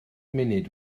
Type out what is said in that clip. munud